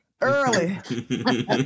Early